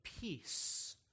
peace